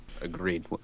Agreed